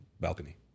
balcony